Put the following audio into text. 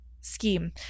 scheme